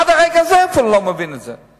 עד לרגע זה הוא אפילו לא מבין את זה.